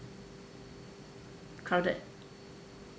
crowded